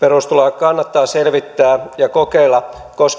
perustuloa kannattaa selvittää ja kokeilla koska